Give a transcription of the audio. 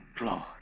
Lord